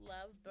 Love